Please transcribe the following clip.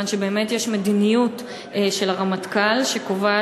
טריליון שקל,